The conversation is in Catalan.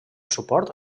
suport